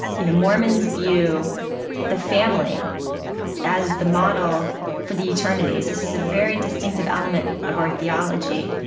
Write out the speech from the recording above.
you know mormons view the family as the model for the eternities. this is a very distinctive element of our theology,